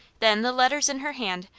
then, the letters in her hand,